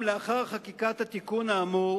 עד לחקיקתו של תיקון מס' 7 האמור,